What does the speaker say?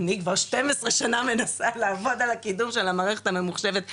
אני כבר 12 שנה מנסה לעבוד על הקידום של המערכת הממוחשבת,